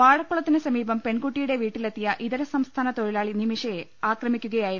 വാഴക്കുളത്തിന് സമീപം പെൺകുട്ടിയുടെ വീട്ടിലെത്തിയ ഇതര സംസ്ഥാന തൊഴിലാളി നിമിഷയെ ആക്രമിക്കുകയായിരുന്നു